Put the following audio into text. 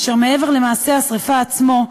אשר מעבר למעשה השרפה עצמו,